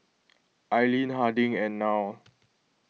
Aileen Harding and Nile